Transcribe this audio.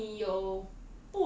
如果你有